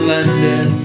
London